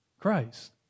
Christ